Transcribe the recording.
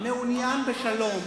אני מעוניין בשלום.